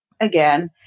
again